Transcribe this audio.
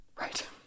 right